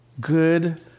good